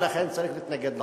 ולכן צריך להתנגד לחוק.